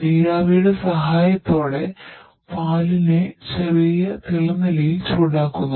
നീരാവിയുടെ സഹായത്തോടെ പാലിനെ ചെറിയ തിളനിലയിൽ ചൂടാക്കുന്നു